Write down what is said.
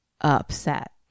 upset